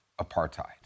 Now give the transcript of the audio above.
apartheid